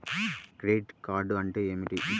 Credit card అంటే ఏమిటి?